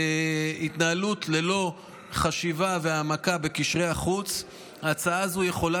בהתנהלות ללא חשיבה והעמקה בקשרי החוץ ההצעה הזו יכולה